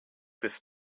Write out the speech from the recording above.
this